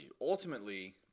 Ultimately